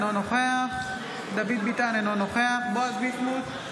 אינו נוכח בועז ביסמוט,